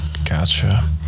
gotcha